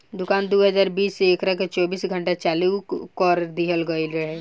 दुकान दू हज़ार बीस से एकरा के चौबीस घंटा खातिर चालू कर दीहल गईल रहे